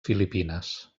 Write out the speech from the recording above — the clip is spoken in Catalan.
filipines